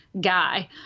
guy